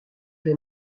vais